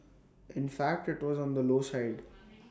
in fact IT was on the low side